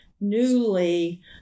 newly